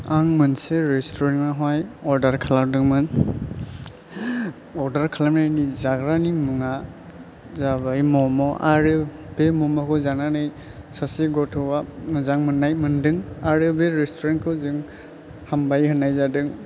आं मोनसे रेस्ट'रेन्ट आवहाय अर्डार खालामदोंमोन अर्डार खालामनायनि जाग्रानि मुङा जाबाय मम' आरो बे मम' खौ जानानै सासे गथ'आ मोजां मोननाय मोनदों आरो बे रेस्ट'रेन्टखौ जों हामबाय होननाय जादों